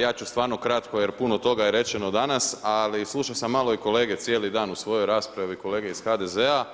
Ja ću stvarno kratko jer puno toga je rečeno danas, ali slušao sam malo kolege cijeli dan u svojoj raspravi, kolege iz HDZ-a